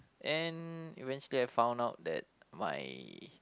and eventually I found out that my